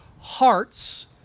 hearts